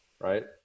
right